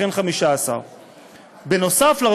לכן זה 15. נוסף על כך,